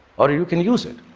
or you can use it